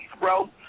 bro